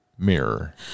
mirror